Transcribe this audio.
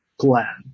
plan